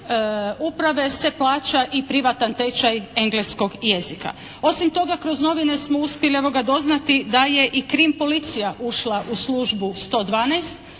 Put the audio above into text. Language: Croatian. uprave se plaća i privatan tečaj engleskog jezika. Osim toga kroz novine smo uspjeli doznati da je i krim policija ušla u službu 112.